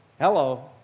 Hello